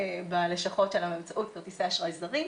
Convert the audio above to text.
בלשכות שלנו באמצעות כרטיסי אשראי זרים,